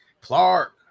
Clark